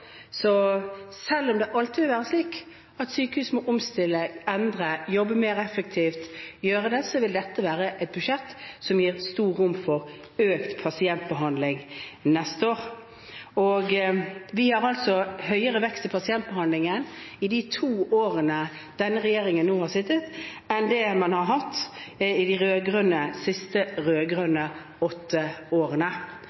Selv om det alltid vil være slik at sykehus må omstille, endre, jobbe mer effektivt – gjøre det – vil dette være et budsjett som gir stort rom for økt pasientbehandling neste år. Vi har hatt høyere vekst i pasientbehandlingen i de to årene denne regjeringen har sittet, enn det man hadde i de siste